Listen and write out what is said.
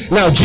Now